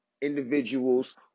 individuals